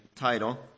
title